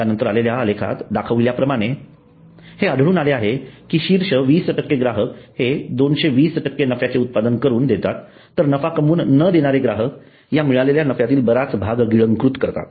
यानंतर असलेल्या आलेखात दाखविल्या प्रमाणे हे आढळून आले आहे की शीर्ष 20 ग्राहक हे 220 नफ्याचे उत्पादन करून देतात तर नफा कमवून न देणारे ग्राहक या मिळालेल्या नफ्यातील बराच भाग गिळंकृत करतात